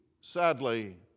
sadly